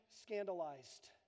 scandalized